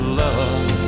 love